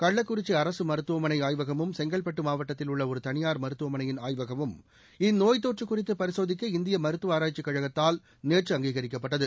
கள்ளக்குறிச்சி அரசு மருத்துவமனை ஆய்வகமும் செங்கல்பட்டு மாவட்டத்தில் உள்ள ஒரு தனியார் மருத்துவமனையின் ஆய்வகமும் இந்நோய்த்தொற்று குறித்து பரிசோதிக்க இந்திய மருத்துவ ஆராய்ச்சிக் கழகத்தால் நேற்று அங்கீகரிக்கப்பட்டது